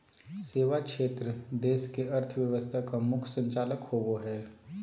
सेवा क्षेत्र देश के अर्थव्यवस्था का मुख्य संचालक होवे हइ